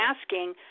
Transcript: asking